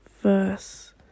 verse